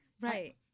Right